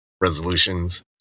resolutions